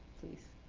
please.